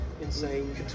insane